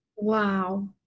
Wow